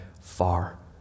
far